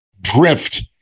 drift